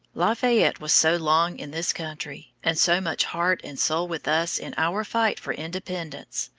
lafayette was so long in this country, and so much heart and soul with us in our fight for independence,